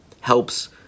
helps